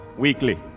weekly